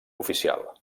oficial